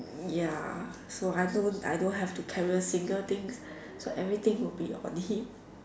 ya so I don't I don't have to carry a single thing so everything would be on him